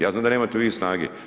Ja znam da nemate vi snage.